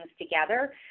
together